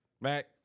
Mac